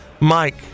Mike